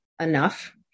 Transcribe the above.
enough